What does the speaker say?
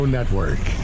Network